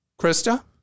Krista